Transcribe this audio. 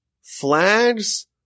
flags